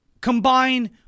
Combine